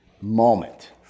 moment